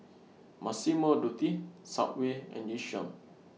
Massimo Dutti Subway and Yishion